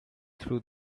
through